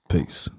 Peace